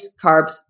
carbs